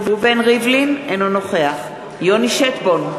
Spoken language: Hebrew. אינו נוכח יוני שטבון,